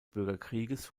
bürgerkrieges